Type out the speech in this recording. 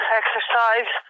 exercise